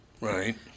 Right